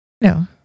No